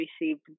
received